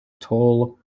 tall